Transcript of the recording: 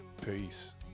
Peace